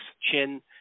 chin